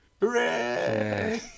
Hooray